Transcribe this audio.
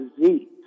Disease